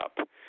up